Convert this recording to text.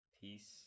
Peace